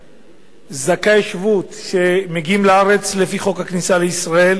תיירים וזכאי שבות שמגיעים לארץ לפי חוק הכניסה לישראל,